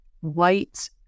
white